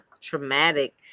traumatic